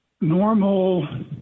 normal